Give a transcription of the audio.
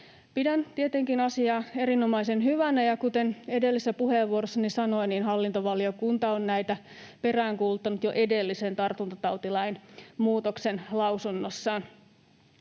Pidän tietenkin asiaa erinomaisen hyvänä, ja kuten edellisessä puheenvuorossani sanoin, niin hallintovaliokunta on näitä peräänkuuluttanut jo lausunnossaan edellisestä tartuntatautilain muutoksesta.